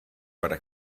para